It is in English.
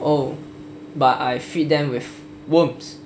oh but I feed them with worms